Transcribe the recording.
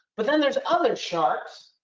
but then there's other sharks,